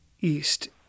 East